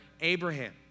Abraham